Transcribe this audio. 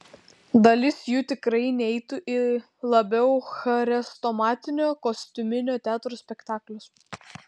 dalis jų tikrai neitų į labiau chrestomatinio kostiuminio teatro spektaklius